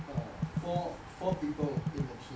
err four four people in the team